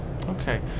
Okay